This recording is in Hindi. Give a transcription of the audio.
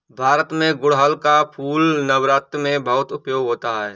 भारत में गुड़हल का फूल नवरात्र में बहुत उपयोग होता है